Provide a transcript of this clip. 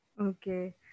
Okay